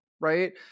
right